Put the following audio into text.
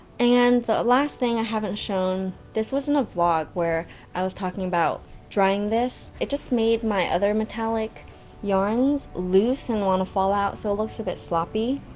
and. the last thing i haven't shown, this was in a vlog, where i was talking about drying this, it just made my other metallic yarns loose and wanna fall out, so it looks a bit sloppy.